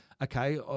Okay